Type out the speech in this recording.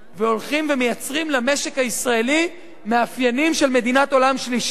והולכים ומייצרים למשק הישראלי מאפיינים של מדינת העולם השלישי.